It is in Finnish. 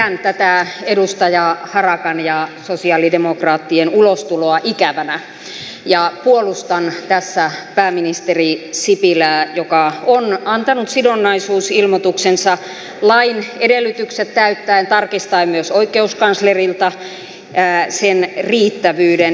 pidän tätä edustaja harakan ja sosialidemokraattien ulostuloa ikävänä ja puolustan tässä pääministeri sipilää joka on antanut sidonnaisuusilmoituksensa lain edellytykset täyttäen tarkistaen myös oikeuskanslerilta sen riittävyyden